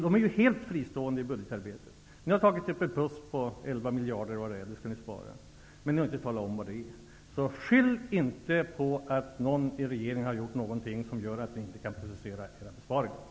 De är helt fristående i budgetarbetet. Socialdemokratin har tagit upp ett plus till ett värde av 11 miljarder kronor, som skall sparas, men har inte talat om vad det är för pengar. Skyll inte på att någon i regeringen har gjort något som gör att Socialdemokraterna inte kan precisera sina besparingar!